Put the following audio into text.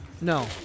no